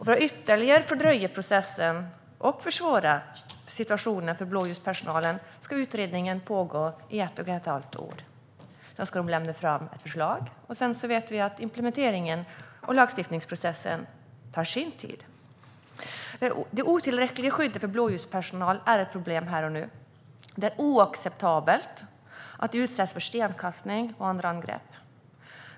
För att ytterligare fördröja processen och försvåra situationen för blåljuspersonalen ska utredningen pågå i ett och ett halvt år. Sedan ska man lämna ett förslag, och därefter vet vi att implementeringen och lagstiftningsprocessen tar sin tid. Det otillräckliga skyddet för blåljuspersonal är ett problem här och nu. Det är oacceptabelt att de utsätts för stenkastning och andra angrepp.